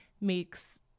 makes